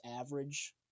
average